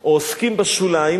או עוסקים בשוליים